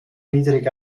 niedrig